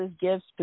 gifts